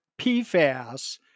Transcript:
PFAS